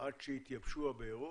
עד שיתייבשו הבארות,